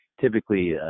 typically